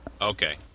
Okay